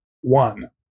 One